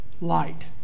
light